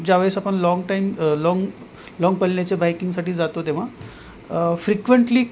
ज्यावेळेस आपण long time long long पल्ल्याचे बाईकिंगसाठी जातो तेव्हा फ्रिक्वेंटली